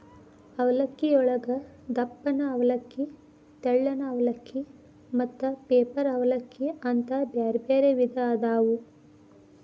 ಅವಲಕ್ಕಿಯೊಳಗ ದಪ್ಪನ ಅವಲಕ್ಕಿ, ತೆಳ್ಳನ ಅವಲಕ್ಕಿ, ಮತ್ತ ಪೇಪರ್ ಅವಲಲಕ್ಕಿ ಅಂತ ಬ್ಯಾರ್ಬ್ಯಾರೇ ವಿಧ ಅದಾವು